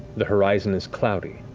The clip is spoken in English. the horizon is cloudy,